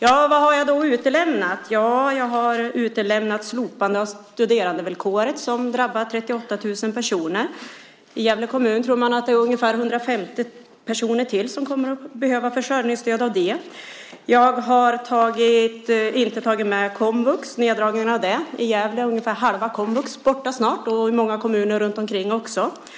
Vad har jag då utelämnat? Jo, jag har utelämnat slopandet av studerandevillkoret, som drabbar 38 000 personer. I Gävle kommun tror man att det är ungefär 150 personer till som kommer att behöva försörjningsstöd av den anledningen. Jag har inte tagit med neddragningen av komvux. I Gävle är ungefär halva komvux borta snart, och i många kommuner runtomkring också.